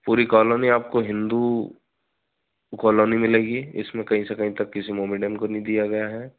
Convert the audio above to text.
पूरी कॉलोनी आपको हिन्दू कॉलोनी में लगी है इसमें कहीं से कहीं तक किसी मोमेडेम को नहीं दिया गया हैं